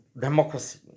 democracy